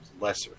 lesser